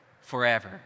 forever